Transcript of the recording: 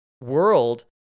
world